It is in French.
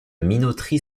minoterie